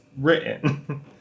written